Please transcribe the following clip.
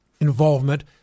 involvement